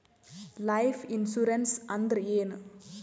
Life insurance ಅಂದ್ರ ಏನ?